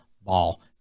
ball